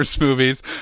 movies